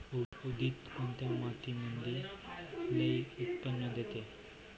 उडीद कोन्या मातीमंदी लई उत्पन्न देते?